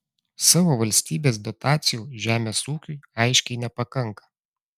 savo valstybės dotacijų žemės ūkiui aiškiai nepakanka